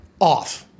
off